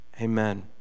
Amen